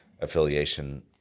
affiliation